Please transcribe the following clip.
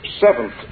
seventh